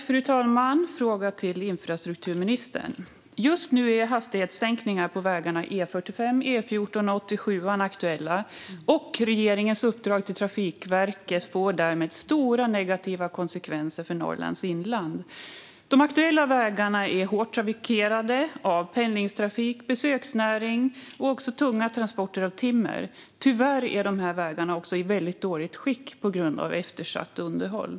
Fru talman! Jag har en fråga till infrastrukturministern. Just nu är hastighetssänkningar på vägarna E45, E14 och väg 87 aktuella, och regeringens uppdrag till Trafikverket får därmed stora negativa konsekvenser för Norrlands inland. De aktuella vägarna är hårt trafikerade av pendlingstrafik, besöksnäring och tunga transporter av timmer. Tyvärr är dessa vägar i väldigt dåligt skick på grund av eftersatt underhåll.